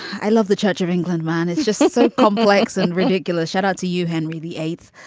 i love the church of england. mine is just so complex and ridiculous. shout out to you, henry. the eighth.